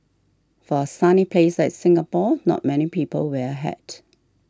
for a sunny place like Singapore not many people wear a hat